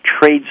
trade